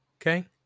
Okay